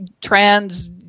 trans